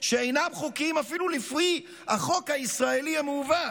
שאינם חוקיים אפילו לפי החוק הישראלי המעוות,